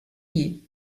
ier